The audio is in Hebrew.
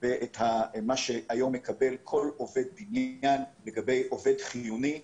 ואת מה שהיום מקבל כל עובד בניין לגבי עובד חיוני,